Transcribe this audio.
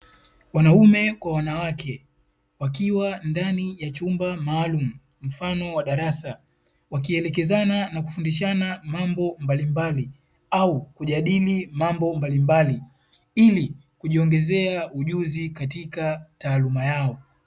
Wanaume kwa wanawake wakiwa ndani ya chumba maalumu, mfano wa darasa. Wakielekezana na kufundishana mambo mbalimbali au kujadili mambo mbalimbali, ili kujiongezea ujuzi katika taaluma yao.